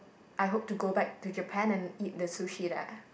I hope to go back to Japan and eat the sushi there